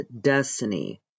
destiny